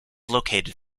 located